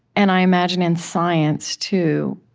and, i imagine, in science too,